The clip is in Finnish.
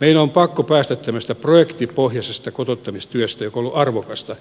meidän on pakko päästä tämmöisestä projektipohjaisesta kotouttamistyöstä joka on ollut arvokasta